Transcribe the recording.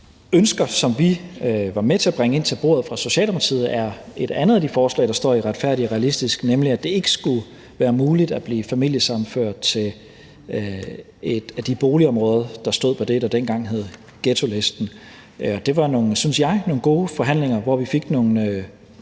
ønsker, som vi var med til at bringe ind til bordet fra Socialdemokratiets side, er et andet af de forslag, der står i »Retfærdig og realistisk – en udlændingepolitik, der samler Danmark«, nemlig at det ikke skulle være muligt at blive familiesammenført til et af de boligområder, der stod på det, der dengang hed ghettolisten. Det var, synes jeg, nogle gode forhandlinger, hvor vi fik nogle